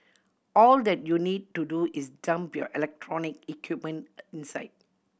all that you need to do is dump your electronic equipment inside